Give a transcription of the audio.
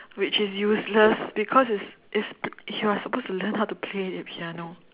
which is useless because it's it's you're supposed to learn how to play the piano